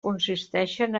consisteixen